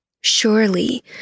Surely